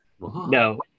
no